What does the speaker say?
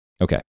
Okay